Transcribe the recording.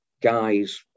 guys